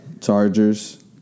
Chargers